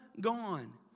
gone